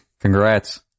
Congrats